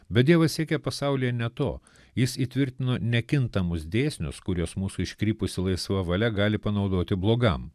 bet dievas siekia pasaulyje ne to jis įtvirtino nekintamus dėsnius kuriuos mūsų iškrypusi laisva valia gali panaudoti blogam